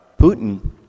Putin